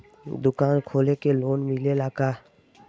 दुकान खोले के लोन मिलेला का?